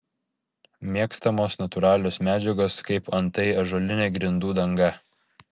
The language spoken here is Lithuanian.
mėgstamos natūralios medžiagos kaip antai ąžuolinė grindų danga